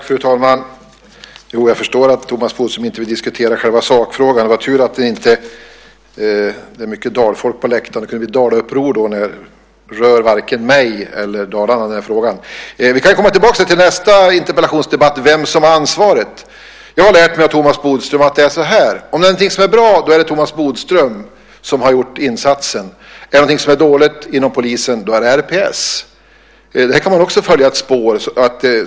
Fru talman! Jag förstår att Thomas Bodström inte vill diskutera själva sakfrågan. Det är tur att det inte är mycket dalfolk på läktaren. Det kunde ha blivit ett dalauppror när ministern menar att den här frågan rör varken mig eller Dalarna. Vi kan i nästa interpellationsdebatt komma tillbaka till frågan om vem som har ansvaret. Jag har lärt mig av Thomas Bodström att det är så här. Om det är någonting som är bra är det Thomas Bodström som har gjort insatsen. Är det någonting som är dåligt inom polisen är det RPS. Här kan man också följa ett spår.